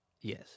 Yes